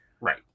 Right